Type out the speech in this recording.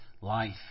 life